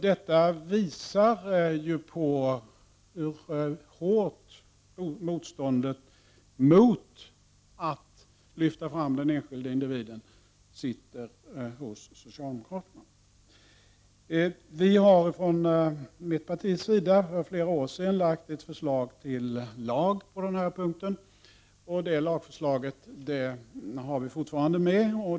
Detta visar hur hårt motståndet är hos socialdemokraterna när det gäller att lyfta fram den enskilda individen. Från mitt partis sida lade vi för flera år sedan fram ett förslag till lag på den här punkten. Det lagförslaget har vi fortfarande med.